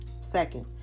Second